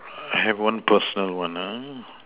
have one personal one